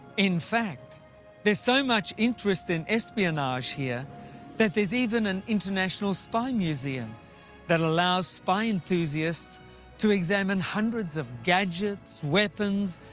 in fact there's so much interest in espionage here that there's even an international spy museum that allows spy enthusiasts enthusiasts to examine hundreds of gadgets, weapons,